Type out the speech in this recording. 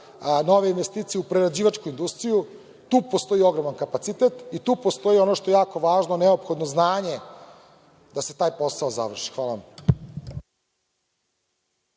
nove investicije u prerađivačkoj industriji. Tu postoji ogroman kapacitet i tu postoji ono što je jako važno, neophodno znanje da se taj posao završi. Hvala vam.